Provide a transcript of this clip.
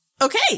Okay